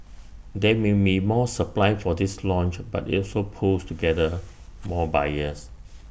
there may be more supply for this launch but IT also pools together more buyers